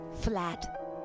Flat